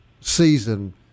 season